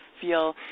feel